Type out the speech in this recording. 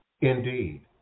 Indeed